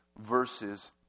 verses